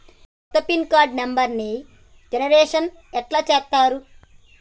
కొత్త pin card నెంబర్ని generation ఎట్లా చేత్తరు?